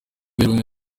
myuga